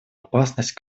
опасность